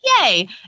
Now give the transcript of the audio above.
Yay